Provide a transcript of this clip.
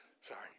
Sorry